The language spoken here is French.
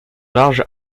larges